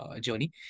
journey